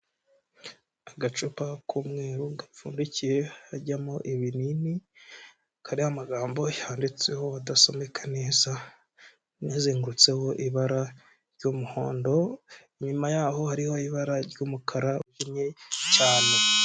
Agacupa k'umweru gapfundikiye hajyamo ibinini, kariho amagambo yanditseho adasomeka neza, anazengutseho ibara ry'umuhondo inyuma yaho hariho ibara ry'umukara wijimye cyane.